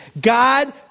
God